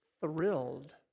thrilled